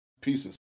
pieces